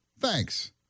Thanks